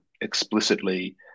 explicitly